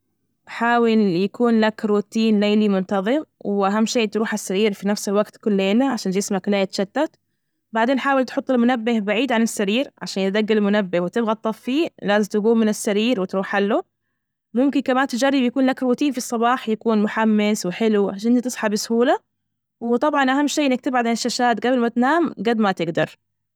حاول يكون لك روتين ليلي منتظم، وأهم شي تروح على السرير في نفس الوقت كل ليلة عشان جسمك لا يتشتت، بعدين حاول تحط المنبه بعيد عن السرير عشان يدج المنبه وتبغى تطفيه. لازم تجوم من السرير وتروح حله. ممكن كمان تجرب يكون لك روتين في الصباح يكون محمس وحلو عشان تصحى بسهولة، وطبعا أهم شي إنك تبعد عن الشاشات جبل ما تنام جد ما تجدر.